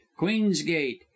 queensgate